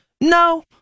No